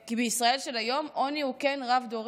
כי בישראל של היום עוני הוא כן רב-דורי,